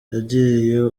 wagiye